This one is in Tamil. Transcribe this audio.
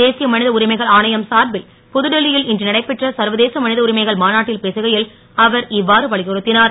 தேதிய ம த உரிமைகள் ஆணையம் சார்பில் புதுடில்லி ல் இன்று நடைபெற்ற சர்வதேச ம த உரிமைகள் மாநாட்டில் பேசுகை ல் அவர் இ வாறு வலியுறுத் ஞர்